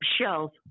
shelf